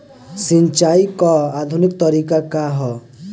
सिंचाई क आधुनिक तरीका का ह?